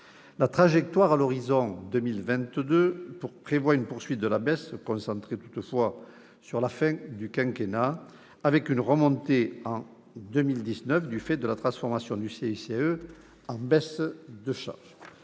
La trajectoire à l'horizon 2022 prévoit une poursuite de la baisse, concentrée toutefois sur la fin du quinquennat, avec une remontée en 2019, du fait de latransformation du crédit d'impôt pour